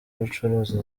gucuruza